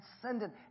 transcendent